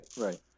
Right